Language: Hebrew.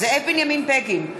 זאב בנימין בגין,